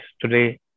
today